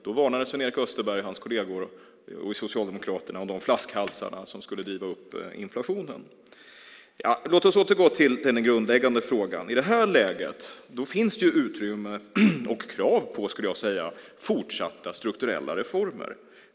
Då varnade Sven-Erik Österberg och hans kolleger för bristyrken och flaskhalsar som skulle driva upp inflationen. Låt oss återgå till den grundläggande frågan. I det här läget finns utrymme och krav på fortsatta strukturella reformer.